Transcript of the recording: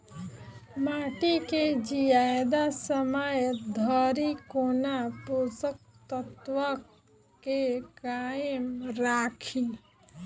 माटि केँ जियादा समय धरि कोना पोसक तत्वक केँ कायम राखि?